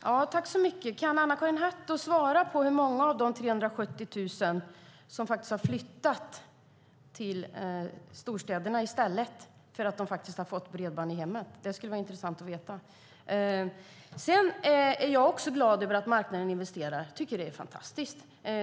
Fru talman! Kan Anna-Karin Hatt då svara på hur många av dessa 370 000 som flyttat till storstäderna i stället för att få bredband i sitt tidigare hem? Det skulle vara intressant att veta. Även jag är glad över att marknaden investerar. Jag tycker att det är fantastiskt.